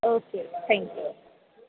okay thank you